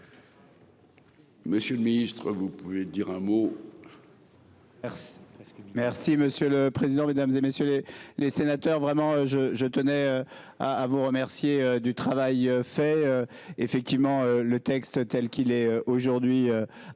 Monsieur le Ministre vous pouvez dire un mot.